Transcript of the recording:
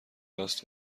کلاس